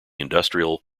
industrial